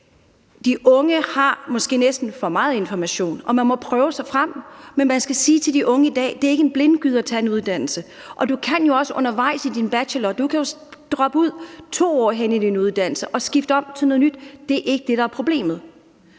De unge har måske næsten for meget information, og man må prøve sig frem. Men man skal sige til de unge i dag: Det er ikke en blindgyde at tage en uddannelse, og du kan jo også undervejs i din bachelor droppe ud – du kan droppe ud 2 år henne i din uddannelse og skifte til noget nyt. Det er ikke det, der er problemet.